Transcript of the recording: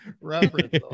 reference